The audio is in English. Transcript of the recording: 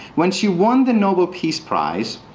when she won the nobel peace prize,